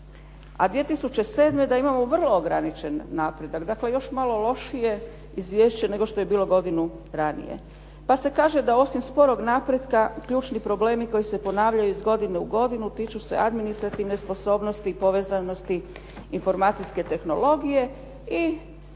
a 2007. da imamo vrlo ograničen napredak. Dakle, još malo lošije izvješće nego što je bilo godinu ranije, pa se kaže da osim sporog napretka ključni problemi koji se ponavljaju iz godine u godinu tiču se administrativne sposobnosti i povezanosti informacijske tehnologije i